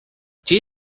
gdzie